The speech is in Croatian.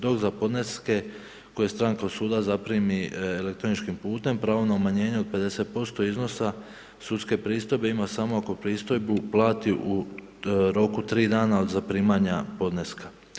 Dok za podneske koje stranka od suda zaprimi elektroničkim putem, pravo na umanjenje od 50% iznos sudske pristojbe ima samo ako pristojbu plati u roku 3 dana od zaprimanja podneska.